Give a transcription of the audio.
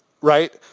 right